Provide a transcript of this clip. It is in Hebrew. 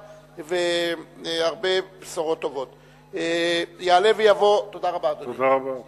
2. מי אחראי לריכוז רשימת העמותות החיוניות?